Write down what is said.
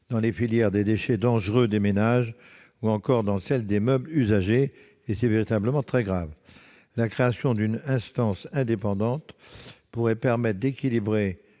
dans la filière des déchets dangereux des ménages ou encore dans celle des meubles usagés. C'est véritablement très grave. La création d'une instance indépendante pourrait permettre d'équilibrer